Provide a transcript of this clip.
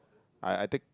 I I take